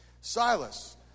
Silas